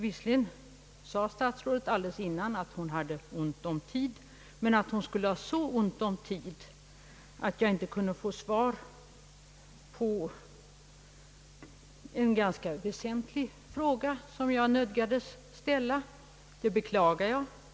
Visserligen sade statsrådet alldeles nyss till mig att hon hade ont om tid, men att hon hade så ont om tid att jag inte kunde få svar på en ganska väsentlig fråga som jag nödgades ställa, det beklagar jag.